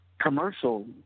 commercial